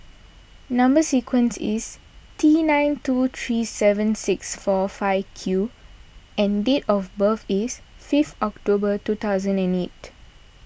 Number Sequence is T two nine three seven six four five Q and date of birth is fifth October two thousand and eight